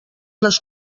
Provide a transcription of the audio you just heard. les